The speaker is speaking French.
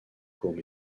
courts